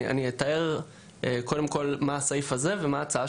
אני אתאר קודם כל מה אומר הסעיף הזה ואחר כך את ההצעה